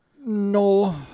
No